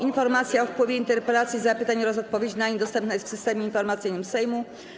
Informacja o wpływie interpelacji, zapytań oraz odpowiedzi na nie dostępna jest w Systemie Informacyjnym Sejmu.